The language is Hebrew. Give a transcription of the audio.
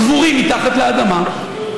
קבורים מתחת לאדמה,